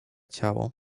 ciało